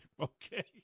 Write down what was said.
Okay